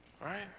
Right